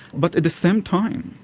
but at the same time,